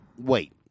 wait